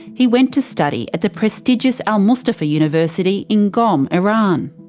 he went to study at the prestigious al-mustapha university in qom, iran.